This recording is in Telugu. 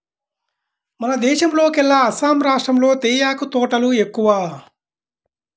మన దేశంలోకెల్లా అస్సాం రాష్టంలో తేయాకు తోటలు ఎక్కువ